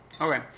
Okay